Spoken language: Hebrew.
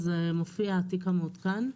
אז מופיע תיק המעודכן.